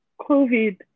covid